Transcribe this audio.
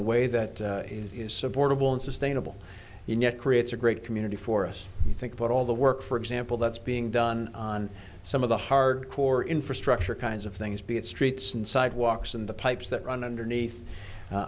a way that is supportable and sustainable you know it creates a great community for us you think about all the work for example that's being done on some of the hard core infrastructure kinds of things be it streets and sidewalks and the pipes that run underneath